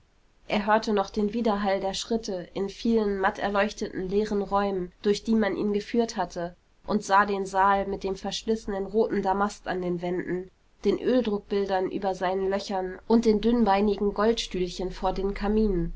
er hörte noch den widerhall der schritte in vielen matterleuchteten leeren räumen durch die man ihn geführt hatte und sah den saal mit dem verschlissenen roten damast an den wänden den öldruckbildern über seinen löchern und den dünnbeinigen goldstühlchen vor den kaminen